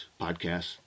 podcasts